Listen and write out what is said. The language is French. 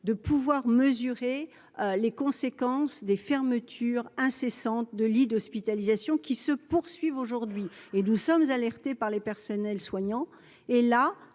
de pouvoir mesurer les conséquences des fermetures incessantes de lits d'hospitalisation qui se poursuivent aujourd'hui et nous sommes alertés par les personnels soignants et là